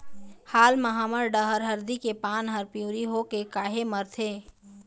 हाल मा हमर डहर हरदी के पान हर पिवरी होके काहे मरथे?